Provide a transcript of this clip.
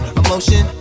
emotion